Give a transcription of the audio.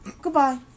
Goodbye